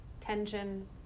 tension